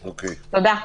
תודה.